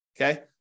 Okay